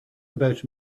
about